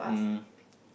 um